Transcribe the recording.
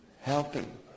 Helping